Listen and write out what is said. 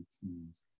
teams